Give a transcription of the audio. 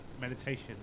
meditation